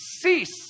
cease